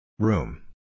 Room